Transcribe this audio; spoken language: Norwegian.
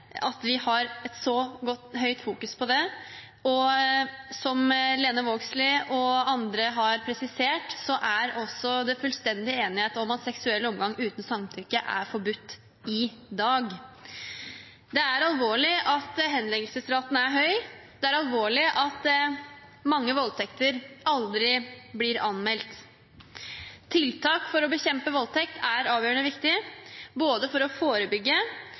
at vi i så høy grad fokuserer på det. Som Lene Vågslid og andre har presisert, er det også fullstendig enighet om at seksuell omgang uten samtykke er forbudt i dag. Det er alvorlig at henleggelsesraten er høy, det er alvorlig at mange voldtekter aldri blir anmeldt. Tiltak for å bekjempe voldtekt er avgjørende viktig, både for å forebygge,